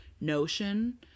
notion